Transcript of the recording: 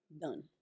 done